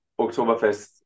Oktoberfest